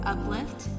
Uplift